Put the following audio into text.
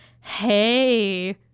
hey